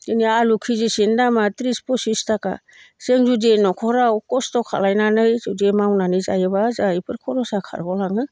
दिनै आलु केजिसेनि दामा थ्रिस फसिस थाखा जों जुदि न'खराव खस्थ' खालामनानै जुदि मावनानै जायोबा जोंहा बेफोर खरसा खारग'लाङो